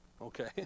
Okay